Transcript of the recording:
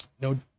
no